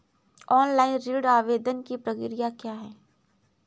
Online ऋण आवेदन की प्रक्रिया क्या है?